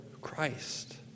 Christ